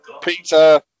peter